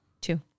Two